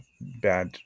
bad